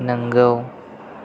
नोंगौ